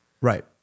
Right